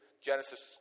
Genesis